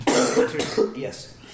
Yes